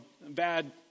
bad